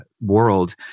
world